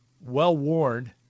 well-worn